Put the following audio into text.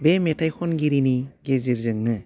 बे मेथाइ खनगिरिनि गेजेरजोंनो